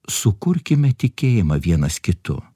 sukurkime tikėjimą vienas kitu